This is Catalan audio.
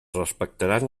respectaran